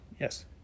Yes